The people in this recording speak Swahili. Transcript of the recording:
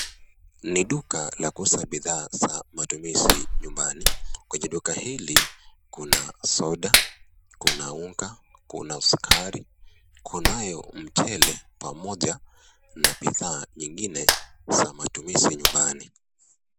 Ni duka la kuuza bidhaa za matumizi nyumbani. Kwenye duka hili kuna soda, kuna unga, kuna sukari , kunayo mchele pamoja na bidhaa nyingine za matumizi nyumbani.